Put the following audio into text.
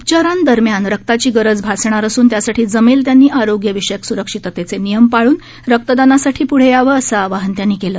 उपचारांदरम्यान रक्ताची गरज भासणार असून त्यासाठी जमेल त्यांनी आरोग्यविषयक स्रक्षिततेचे नियम पाळून रक्तदानासाठी पूढे यावं असं आवाहन त्यांनी केलं